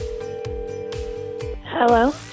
Hello